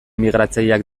migratzaileak